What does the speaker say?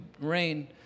rain